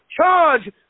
charge